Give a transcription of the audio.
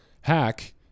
Hack